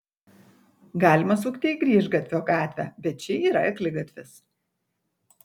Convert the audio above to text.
galima sukti į grįžgatvio gatvę bet ši yra akligatvis